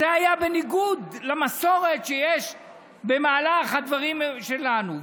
זה היה בניגוד למסורת שיש במהלך הדברים שלנו.